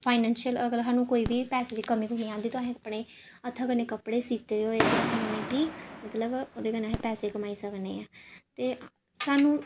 financial सानूं कोई बी पैसे दी कमी निं आंदी अपने कपड़े सीते दे होए ते असें उ'नेंगी मतलब उ'दे कन्नै पैसे कमाई सकनेआं ते सानूं